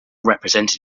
represented